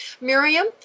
Miriam